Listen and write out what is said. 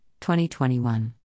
2021